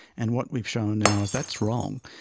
and what we've shown now is that's wrong,